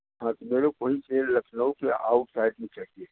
हाँ तो मेरे को ही फिर लखनऊ के आउटसाइड में चाहिए